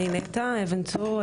אני נטע אבן צור,